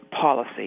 policy